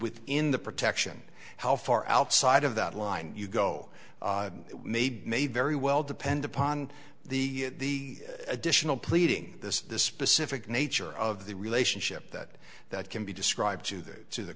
within the protection how far outside of that line you go may be may very well depend upon the additional pleading this is the specific nature of the relationship that that can be described to that to the